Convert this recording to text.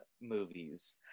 movies